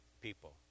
people